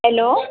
hello